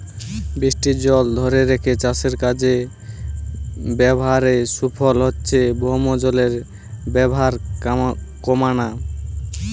বৃষ্টির জল ধোরে রেখে চাষের কাজে ব্যাভারের সুফল হচ্ছে ভৌমজলের ব্যাভার কোমানা